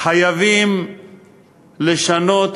חייבים לשנות,